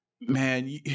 Man